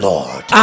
Lord